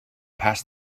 past